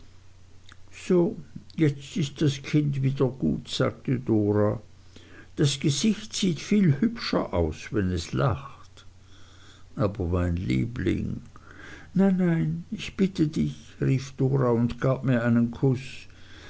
so jetzt ist das kind wieder gut sagte dora das gesicht sieht viel hübscher aus wenn es lacht aber mein liebling nein nein ich bitte dich rief dora und gab mir einen kuß